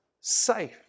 safe